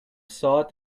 sought